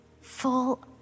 full